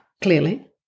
clearly